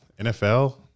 NFL